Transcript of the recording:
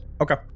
Okay